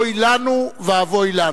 אוי לנו ואבוי לנו.